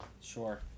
Sure